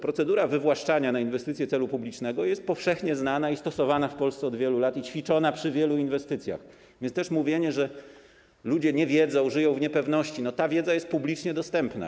Procedura wywłaszczania na inwestycje celu publicznego jest powszechnie znana i stosowana w Polsce od wielu lat i ćwiczona przy wielu inwestycjach, więc też mówienie, że ludzie nie wiedzą, żyją w niepewności... no, ta wiedza jest publicznie dostępna.